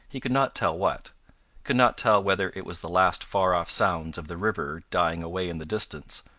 he could not tell what could not tell whether it was the last far-off sounds of the river dying away in the distance,